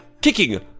kicking